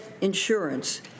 insurance